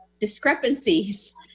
discrepancies